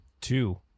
two